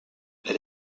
elle